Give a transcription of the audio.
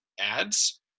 ads